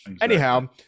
Anyhow